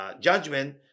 Judgment